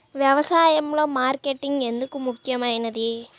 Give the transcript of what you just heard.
వ్యసాయంలో మార్కెటింగ్ ఎందుకు ముఖ్యమైనది?